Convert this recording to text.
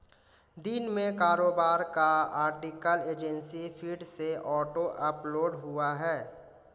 दिन में कारोबार का आर्टिकल एजेंसी फीड से ऑटो अपलोड हुआ है